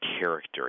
character